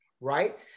right